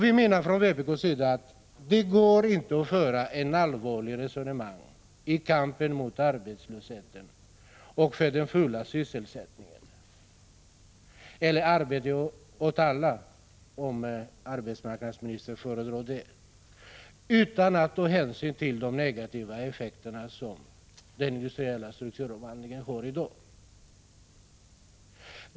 Vi menar från vpk:s sida att det inte går att föra ett allvarligt resonemang om kampen mot arbetslösheten och för den fulla sysselsättningen — eller arbete åt alla, om arbetsmarknadsministern föredrar det — utan att ta hänsyn till de negativa effekter som den industriella strukturomvandlingen har i dag.